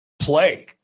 play